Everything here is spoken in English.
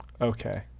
Okay